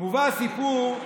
מובא סיפור.